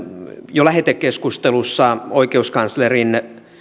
jo lähetekeskustelussa oikeuskansleri